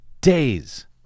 days